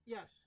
Yes